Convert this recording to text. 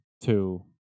Two